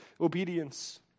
obedience